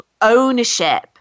ownership